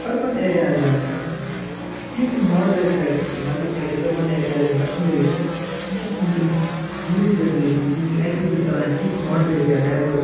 urban areas یِم چھِ یِم چھِ ماڈٕریٹ پرٛیٚکٹِس مطلب کیٛاہ گٔے أربَن ایرِیاز یِم کشمیٖرٕکۍ چھِ یِم چھِ اسہِ وُنٛکیٚس ریٚلیٖجیٚس ٲسِن یِم چھِ ایٚکزِبِٹ کران اسہِ تِتھۍ ماڈٕریٹ یا ڈایوٲرٕس